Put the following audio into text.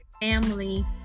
family